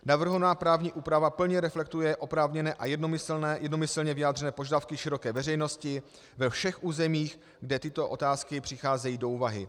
Navrhovaná právní úprava plně reflektuje oprávněné a jednomyslně vyjádřené požadavky široké veřejnosti ve všech územích, kde tyto otázky přicházejí do úvahy.